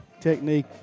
technique